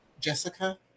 Jessica